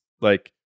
like-